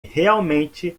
realmente